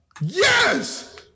Yes